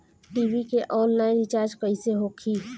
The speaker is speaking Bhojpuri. टी.वी के आनलाइन रिचार्ज कैसे होखी?